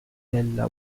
della